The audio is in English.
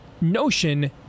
Notion